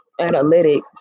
analytics